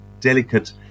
delicate